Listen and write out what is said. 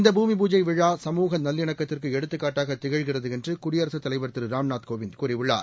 இந்த பூமி பூஜை விழா சமூக நல்லிணக்கத்துக்கு எடுத்துக் காட்டாக திகழ்கிறது என்று குடியரசுத் தலைவர் திரு ராம்நாத் கோவிந்த் கூறியுள்ளார்